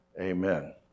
Amen